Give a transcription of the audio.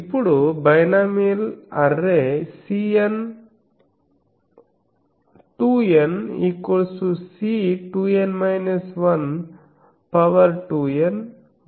ఇప్పుడు binomial array Cn2N C2N n2N వలె ఉంటుంది